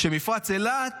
האלמוגים במפרץ אילת